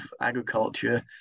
agriculture